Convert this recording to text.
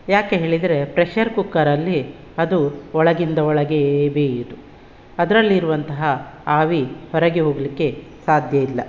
ಯಾಕೆ ಹೇಳಿದರೆ ಪ್ರೆಷರ್ ಕುಕ್ಕರಲ್ಲಿ ಅದು ಒಳಗಿಂದ ಒಳಗೆಯೇ ಬೇಯೋದು ಅದರಲ್ಲಿರುವಂತಹ ಆವಿ ಹೊರಗೆ ಹೋಗಲಿಕ್ಕೆ ಸಾಧ್ಯಯಿಲ್ಲ